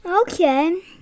Okay